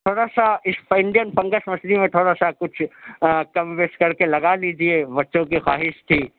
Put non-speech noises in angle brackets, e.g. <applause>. تھوڑا سا <unintelligible> فنگش مچھلی میں تھوڑا سا کچھ کم بیش کر کے لگا لیجیے بچوں کی خواہش تھی